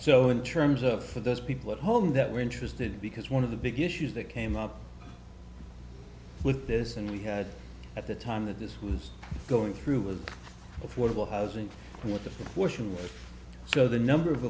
so in terms of for those people at home that we're interested in because one of the big issues that came up with this and we had at the time that this was going through with affordable housing what the question was so the number of